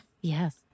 Yes